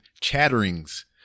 chatterings